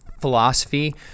philosophy